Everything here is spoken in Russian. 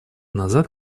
назад